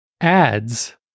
ads